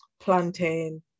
plantain